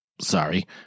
Sorry